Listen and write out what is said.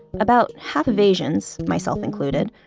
about half of asians, myself included,